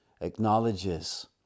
acknowledges